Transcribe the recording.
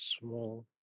small